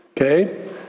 Okay